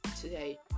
today